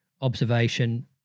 observation